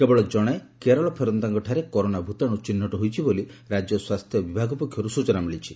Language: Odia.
କେବଳ ଜଶେ କେରଳ ଫେରନ୍ତାଙ୍କଠାରେ କରୋନା ଭ୍ରତାଶୁ ଚିହ୍ବଟ ହୋଇଛି ବୋଲି ରାଜ୍ୟ ସ୍ୱାସ୍ଥ୍ୟ ବିଭାଗ ପକ୍ଷରୁ ସ୍ରୂଚନା ମିଳିଛି